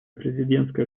президентской